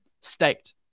staked